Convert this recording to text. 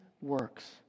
works